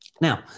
Now